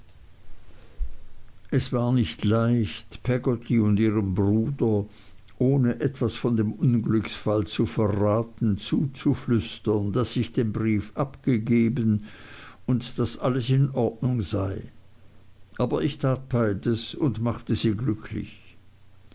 es war nicht leicht peggotty und ihrem bruder ohne etwas von dem unglücksfall zu verraten zuzuflüstern daß ich den brief abgegeben und daß alles in ordnung sei aber ich tat beides und machte sie glücklich